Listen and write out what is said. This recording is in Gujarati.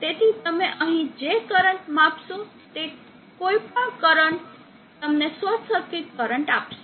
તેથી તમે અહીં જે કરંટ માપશો તે કોઈપણ કરંટ તમને શોર્ટ સર્કિટ કરંટ આપશે